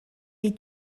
est